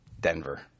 Denver